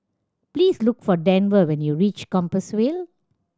please look for Denver when you reach Compassvale